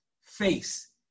face